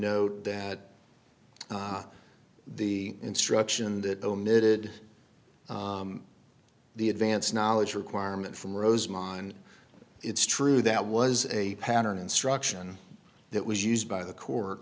note that the instruction that omitted d the advance knowledge requirement from rosemont it's true that was a pattern instruction that was used by the court